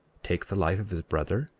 take the life of his brother?